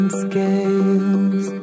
scales